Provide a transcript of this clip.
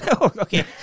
okay